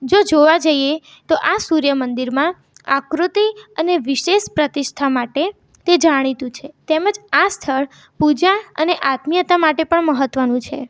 જો જોવા જઈએ તો આ સૂર્યમંદિરમાં આકૃતિ અને વિશેષ પ્રતિષ્ઠા માટે તે જાણીતું છે તેમજ આ સ્થળ પૂજા અને આત્મીયતા માટે પણ મહત્ત્વનું છે